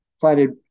planted